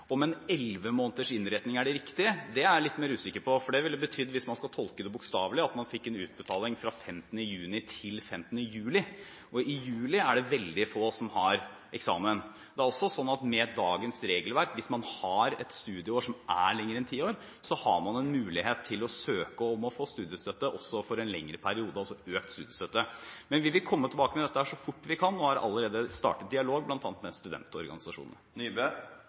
Om en elleve måneders innretning er det riktige, er jeg litt mer usikker på, for hvis man skulle tolke det bokstavelig, ville det bety at man fikk en utbetaling fra 15. juni til 15. juli, og i juli er det veldig få som har eksamen. Det er også slik – med dagens regelverk – at hvis man har et studieår som er lengre enn ti måneder, har man en mulighet til å søke om å få studiestøtte for en lengre periode – altså økt studiestøtte. Men vi vil komme tilbake med dette så fort vi kan, og vi har allerede startet dialog bl.a. med studentorganisasjonene.